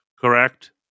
correct